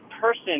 person